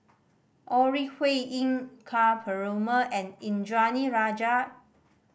Ore Huiying Ka Perumal and Indranee Rajah